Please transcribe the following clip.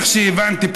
איך שהבנתי,